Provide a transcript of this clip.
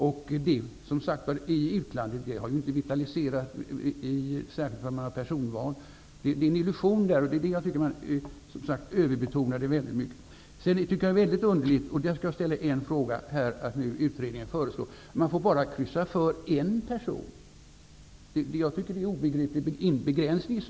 Inslaget av personval i utlandet har ju som sagt var inte vitaliserat politiken särskilt mycket. Det är en illusion, och jag tycker att man väldigt mycket överbetonar detta. Utredningen föreslår nu att väljarna skall kryssa för bara en person. Det tycker jag är väldigt underligt och en obegriplig begränsning.